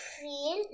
feel